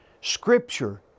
Scripture